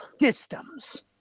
systems